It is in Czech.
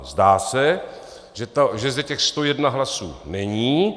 Zdá se, že zde těch 101 hlasů není.